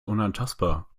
unantastbar